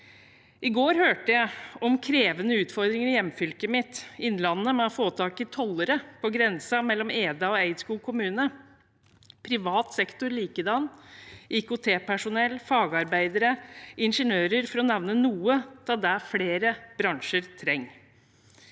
I går hørte jeg om krevende utfordringer i hjemfylket mitt, Innlandet, med å få tak i tollere på grensen mellom Eda og Eidskog kommune. Det er likedan i privat sektor, med tanke på IKT-personell, fagarbeidere og ingeniører, for å nevne noe av det flere bransjer trenger.